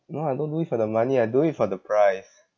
no I don't do it for the money I do it for the prize